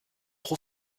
trop